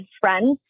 friends